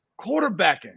quarterbacking